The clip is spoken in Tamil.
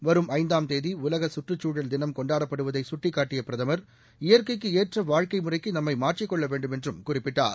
வரும் ஐந்தாம் தேதி உலக கற்றுச்சூழல் தினம் கொண்டாடப்படுவதை கட்டிக்காட்டிய பிரதமர் இயற்கைக்கு ஏற்ற வாழ்க்கை முறைக்கு நம்மை மாற்றிக் கொள்ள வேண்டுமென்றும் குறிப்பிட்டார்